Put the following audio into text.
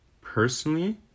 Personally